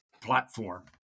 platform